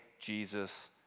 Jesus